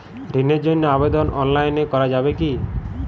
ঋণের জন্য আবেদন অনলাইনে করা যাবে কি?